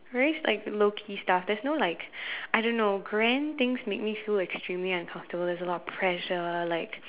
very like lowkey stuff there's no like I don't know grand things make me feel extremely uncomfortable there's a lot of pressure like